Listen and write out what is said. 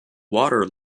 water